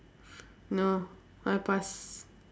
no I pass